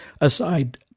aside